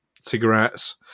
cigarettes